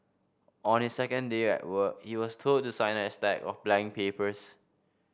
on his second day at work he was told to sign a stack of blank papers